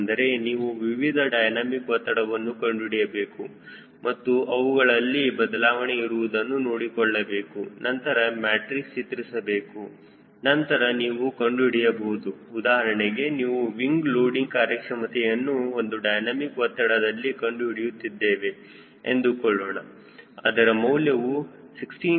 ಅಂದರೆ ನೀವು ವಿವಿಧ ಡೈನಮಿಕ್ ಒತ್ತಡವನ್ನು ಕಂಡುಹಿಡಿಯಬೇಕು ಮತ್ತು ಅವುಗಳಲ್ಲಿ ಬದಲಾವಣೆ ಇರುವುದನ್ನು ನೋಡಿಕೊಳ್ಳಬೇಕು ನಂತರ ಮ್ಯಾಟ್ರಿಕ್ಸ್ ಚಿತ್ರಿಸಬೇಕು ನಂತರ ನೀವು ಕಂಡುಹಿಡಿಯಬಹುದು ಉದಾಹರಣೆಗೆ ನಾವು ವಿಂಗ್ ಲೋಡಿಂಗ್ ಕಾರ್ಯಕ್ಷಮತೆಯನ್ನು ಒಂದು ಡೈನಮಿಕ್ ಒತ್ತಡದಲ್ಲಿ ಕಂಡು ಹಿಡಿಯುತ್ತಿದ್ದೇವೆ ಎಂದುಕೊಳ್ಳೋಣ ಅದರ ಮೌಲ್ಯವು 16